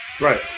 right